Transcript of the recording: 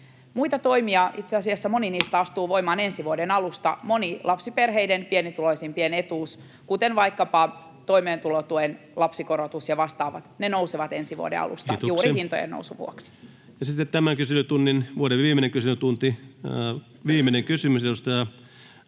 Muita toimia — joista itse asiassa moni astuu voimaan ensi vuoden alusta: moni pienituloisimpien lapsiperheiden etuus, kuten vaikkapa toimeentulotuen lapsikorotus ja vastaavat, nousee ensi vuoden alusta juuri hintojen nousun vuoksi. Sitten tämän kyselytunnin, vuoden viimeisen kyselytunnin viimeinen kysymys. Edustaja